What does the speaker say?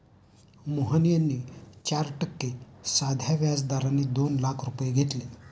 मोहन यांनी चार टक्के साध्या व्याज दराने दोन लाख रुपये घेतले